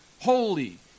holy